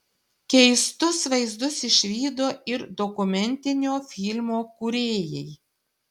keistus vaizdus išvydo ir dokumentinio filmo kūrėjai